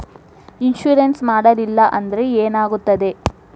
Insurance ಮಾಡಲಿಲ್ಲ ಅಂದ್ರೆ ಏನಾಗುತ್ತದೆ?